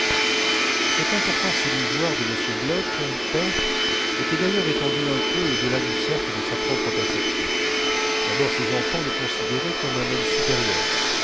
cette importance illusoire de m bloch père était d'ailleurs étendue un peu au delà du cercle de sa propre perception d'abord ses enfants le considéraient comme un homme supérieur